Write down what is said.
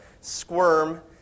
squirm